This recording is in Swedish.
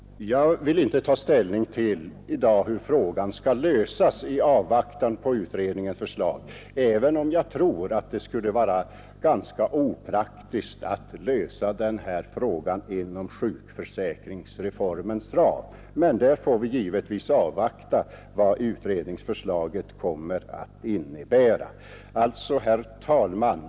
Jag vill i dag, i avvaktan på utredningens förslag, inte ta ställning till hur problemet skall lösas, även om jag tror att det skulle vara ganska opraktiskt att lösa det inom sjuk försäkringsreformens ram. Men på den punkten får vi givetvis avvakta utredningsförslaget. Herr talman!